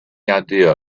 idea